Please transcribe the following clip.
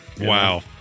Wow